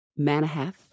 Manahath